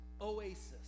oasis